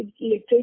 literature